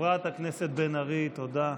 חברת הכנסת בן ארי, תודה.